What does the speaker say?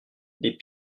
les